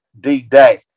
D-Day